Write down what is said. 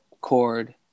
cord